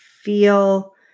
feel